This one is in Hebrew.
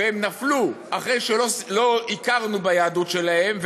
והם נפלו אחרי שלא הכרנו ביהדות שלהם.